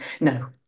no